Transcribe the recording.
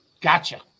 gotcha